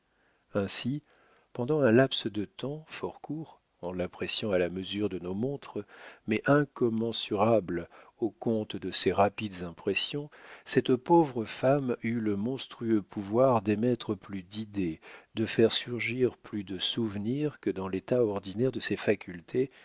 ainsi pendant un laps de temps fort court en l'appréciant à la mesure de nos montres mais incommensurable au compte de ses rapides impressions cette pauvre femme eut le monstrueux pouvoir d'émettre plus d'idées de faire surgir plus de souvenirs que dans l'état ordinaire de ses facultés